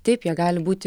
taip jie gali būti